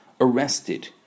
arrested